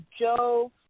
Joe